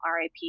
RIP